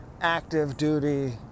active-duty